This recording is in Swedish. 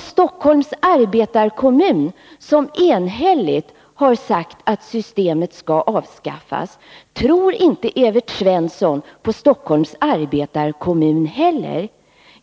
Stockholms arbetarekommun har enhälligt sagt att systemet skall avskaffas. Tror inte Evert Svensson på Stockholms arbetarekommun heller?